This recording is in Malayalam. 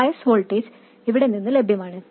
ബയസ് വോൾട്ടേജ് ഇവിടെ നിന്ന് ലഭ്യമാണ്